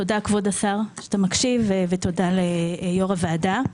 תודה כבוד השר, שאתה מקשיב, ותודה ליו"ר הוועדה.